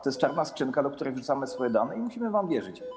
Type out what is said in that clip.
To jest czarna skrzynka, do której wrzucamy swoje dane, i musimy wam wierzyć.